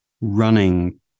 running